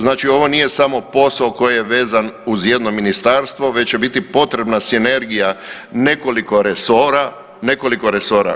Znači ovo nije samo posao koji je vezan uz jedno ministarstvo već će biti potrebna sinergija nekoliko resora, nekoliko resora.